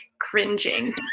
cringing